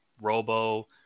Robo